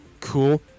Cool